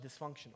dysfunctional